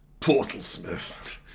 Portalsmith